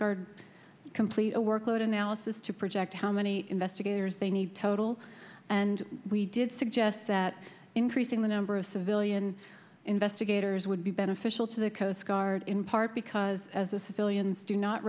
guard complete a workload analysis to project how many investigators they need total and we did suggest that increase number of civilian investigators would be beneficial to the coast guard in part because as the civilians do not